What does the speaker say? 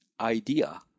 idea